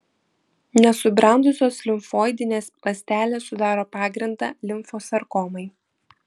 nesubrendusios limfoidinės ląstelės sudaro pagrindą limfosarkomai